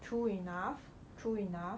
true enough true enough